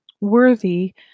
worthy